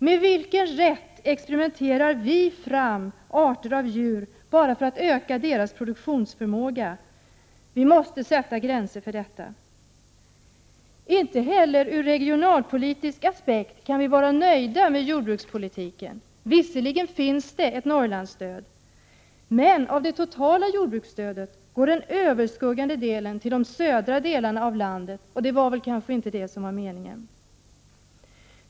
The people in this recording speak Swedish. Med vilken rätt experimenterar vi fram arter av djur bara för att öka deras produktionsförmåga? Vi måste sätta gränser för detta. Inte heller ur regionalpolitisk aspekt kan vi vara nöjda med jordbrukspolitiken. Visserligen finns det ett Norrlandsstöd, men av det totala jordbruksstödet går den överväldigande delen till de södra delarna av landet, och det var kanske inte meningen.